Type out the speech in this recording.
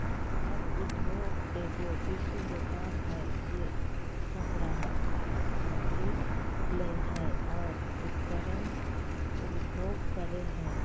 खाद्य उद्योगएगो वैश्विक व्यापार हइ जे सब ग्राहक खाद्य सामग्री लय हइ और उकर उपभोग करे हइ